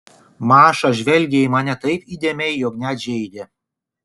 maša žvelgė į mane taip įdėmiai jog net žeidė